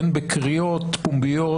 הן בקריאות פומביות,